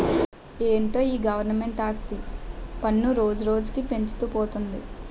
ఏటో ఈ గవరమెంటు ఆస్తి పన్ను రోజురోజుకీ పెంచుతూ పోతంది